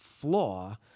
flaw